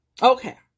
Okay